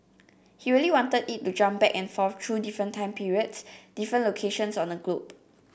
he really wanted it to jump back and forth through different time periods different locations on the globe